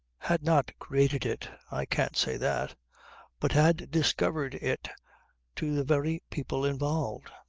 had not created it i can't say that but had discovered it to the very people involved.